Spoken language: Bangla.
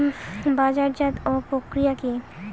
বাজারজাতও প্রক্রিয়া কি?